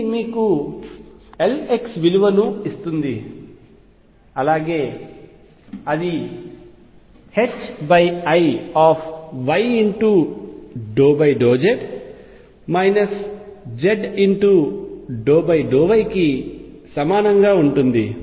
ఇది మీకు Lx విలువని ఇస్తుంది అలాగే అది i y∂z z∂y కి సమానంగా ఉంటుంది